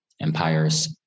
empires